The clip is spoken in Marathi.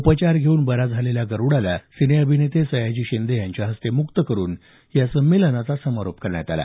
उपचार घेऊन बरा झालेल्या गरुडाला सिने अभिनेते सयाजी शिंदे यांच्या हस्ते मुक्त करुन या संमेलनाचा समारोप करण्यात आला